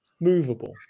movable